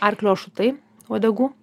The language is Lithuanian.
arklio ašutai uodegų